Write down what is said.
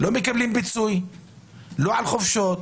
לא מקבלים פיצוי לא על חופשות,